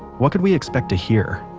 what could we expect to hear?